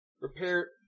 repair